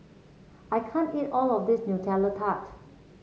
I can't eat all of this Nutella Tart